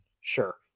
Sure